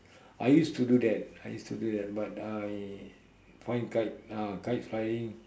I used to do that I used to do that but I find kite ah kite flying